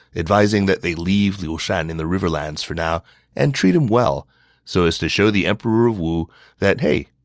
advising that they leave liu shan in the riverlands for now and treat him well so as to show the emperor of wu that hey,